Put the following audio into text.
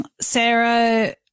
Sarah